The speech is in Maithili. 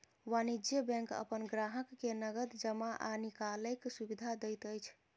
वाणिज्य बैंक अपन ग्राहक के नगद जमा आ निकालैक सुविधा दैत अछि